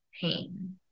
pain